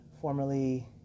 Formerly